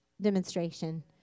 demonstration